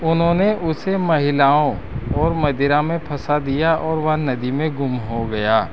उन्होंने उसे महिलाओं और मदिरा में फँसा दिया और वह नदी में गुम हो गया